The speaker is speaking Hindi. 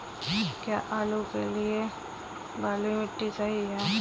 क्या आलू के लिए बलुई मिट्टी सही है?